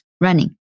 running